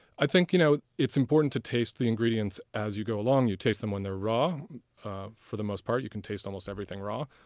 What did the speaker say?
ah you know it's important to taste the ingredients as you go along. you taste them when they're raw for the most part, you can taste almost everything raw.